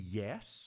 yes